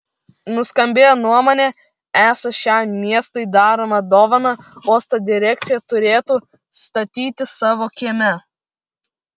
nuskambėjo nuomonė esą šią miestui daromą dovaną uosto direkcija turėtų statytis savo kieme